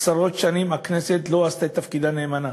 עשרות שנים הכנסת לא עשתה את תפקידה נאמנה,